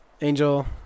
Angel